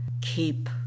keep